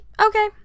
okay